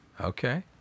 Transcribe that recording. Okay